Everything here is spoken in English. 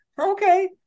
Okay